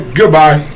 goodbye